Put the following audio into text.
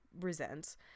resents